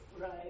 right